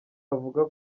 avuga